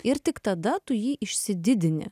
ir tik tada tu jį išsididini